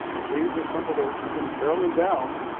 and these are some of those women. and carolyn downs,